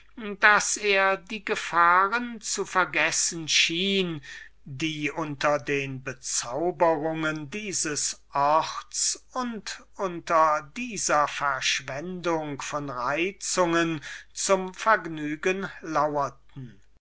daß er die gefahren zu vergessen schien welche unter den bezauberungen dieses orts und dieser verschwendung von reizungen zum vergnügen laurten